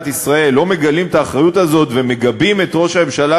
ישראל לא מגלים את האחריות הזאת ומגבים את ראש הממשלה